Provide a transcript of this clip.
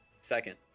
second